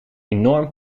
enorm